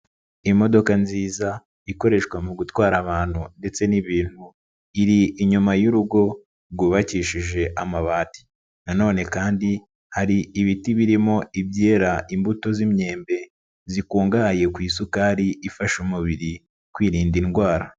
Imodoka nziza ikoreshwa mu gutwara abantu ndetse n'ibintu, iri inyuma yurugo rwubakishije amabati, nanone kandi hari ibiti birimo ibyera imbuto z'imyembe ,zikungahaye ku isukari ifasha umubiri kwirinda indwara.